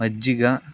మజ్జిగ